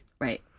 Right